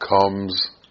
comes